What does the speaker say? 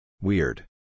Weird